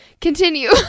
Continue